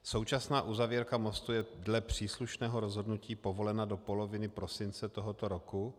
Současná uzavírka mostu je dle příslušného rozhodnutí povolena do poloviny prosince tohoto roku.